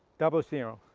double zero.